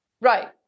Right